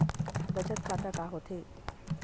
बचत खाता का होथे?